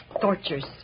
tortures